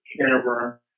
camera